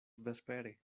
vespere